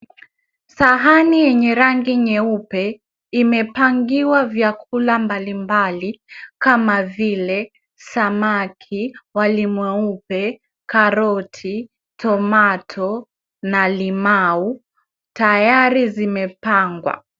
Sahani yenye rangi nyeupe imepangiwa vyakula mbalimbali kama vile samaki, wali mweupe, karoti, tomato na limau tayari zimepangwa.